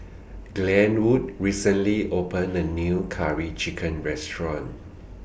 Glenwood recently opened A New Curry Chicken Restaurant